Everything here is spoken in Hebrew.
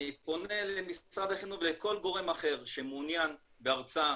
אני פונה למשרד החינוך ולכל גורם אחר שמעוניין בהרצאה,